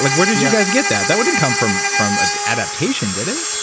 like where did you guys get that? that wouldn't come from from ah adaptation, did it?